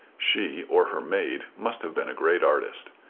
she, or her maid, must have been a great artist.